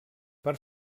per